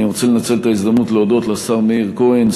אני רוצה לנצל את ההזדמנות להודות לשר מאיר כהן,